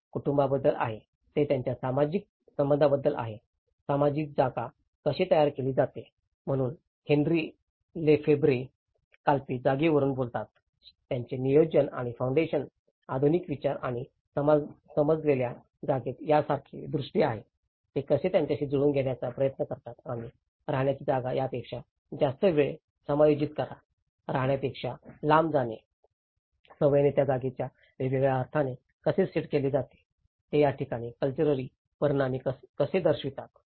हे कुटूंबाबद्दल आहे ते त्यांच्या सामाजिक संबंधांबद्दल आहे सामाजिक जागा कशी तयार केली जाते म्हणून हेन्री लेफेब्रे कल्पित जागेवरून बोलतात ज्याचे नियोजक किंवा फाउंडेशन आधुनिक विचार आणि समजलेल्या जागेत यासारखे दृष्टी आहेत ते कसे त्याच्याशी जुळवून घेण्याचा प्रयत्न करा आणि राहण्याची जागा यापेक्षा जास्त वेळ समायोजित करा राहण्यापेक्षा लांब जाणे सवयीने या जागेला वेगळ्या अर्थाने कसे सेट केले जाते ते या ठिकाणी कल्चरली परिमाण कसे दर्शवितात